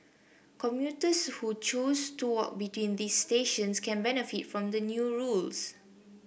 commuters who choose to walk between these stations can benefit from the new rules